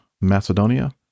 Macedonia